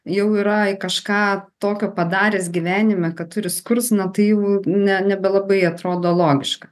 jau yra kažką tokio padaręs gyvenime kad turi nebe labai atrodo logiška